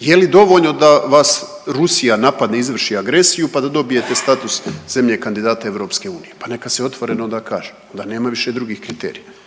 Je li dovoljno da vas Rusija napadne, izvrši agresiju pa da dobijete status zemlje kandidata EU? Pa neka se otvoreno onda kaže da nema više drugih kriterija.